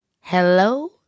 Hello